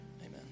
Amen